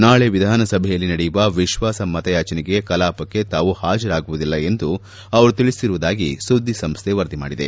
ನಾಳೆ ವಿಧಾನಸಭೆಯಲ್ಲಿ ನಡೆಯುವ ವಿಶ್ವಾಸಮತಯಾಚನೆ ಕಲಾಪಕ್ಕೆ ತಾವು ಹಾಜರಾಗುವುದಿಲ್ಲ ಎಂದು ಅವರು ತಿಳಿಸಿರುವುದಾಗಿ ಸುದ್ದಿಸಂಸ್ಥೆ ವರದಿ ಮಾಡಿದೆ